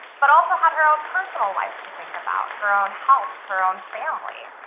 but also had her own personal life to think about, her own health, her own family.